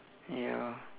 ya